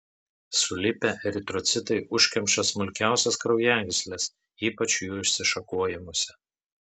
sulipę eritrocitai užkemša smulkiausias kraujagysles ypač jų išsišakojimuose